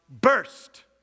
burst